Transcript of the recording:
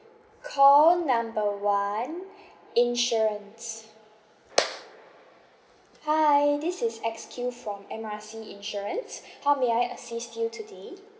call number one insurance hi this is X Q from M R C insurance how may I assist you today